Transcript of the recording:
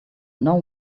know